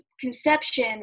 conception